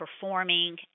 performing